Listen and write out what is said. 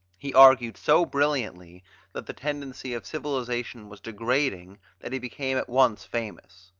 he argued so brilliantly that the tendency of civilization was degrading that he became at once famous.